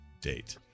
date